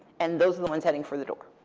and those are the ones heading for the door.